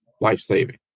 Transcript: life-saving